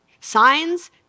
signs